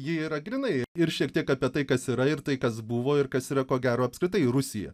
ji yra grynai ir šiek tiek apie tai kas yra ir tai kas buvo ir kas yra ko gero apskritai rusija